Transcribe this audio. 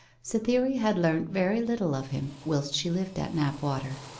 cytherea had learnt very little of him whilst she lived at knapwater.